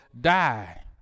die